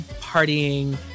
partying